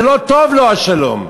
זה לא טוב לו, השלום.